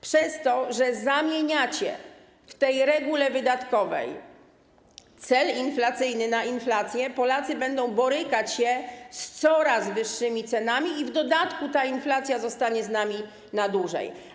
Przez to, że zamieniacie w tej regule wydatkowej cel inflacyjny na inflację, Polacy będą borykać się z coraz wyższymi cenami i w dodatku inflacja zostanie z nami na dłużej.